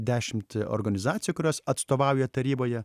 dešimt organizacijų kurios atstovauja taryboje